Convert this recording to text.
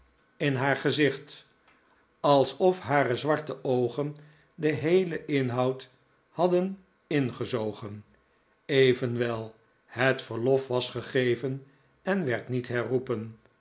in haar gezicht alsof haar zwarte oogen den heeler inhoud hadden ingezogen evenwel het verlof was gegeven en werd niet